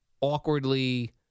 Awkwardly